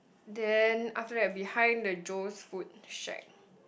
then after that behind the Joe's food shack